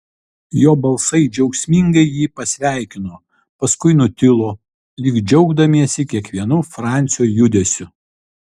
jo balsai džiaugsmingai jį pasveikino paskui nutilo lyg džiaugdamiesi kiekvienu francio judesiu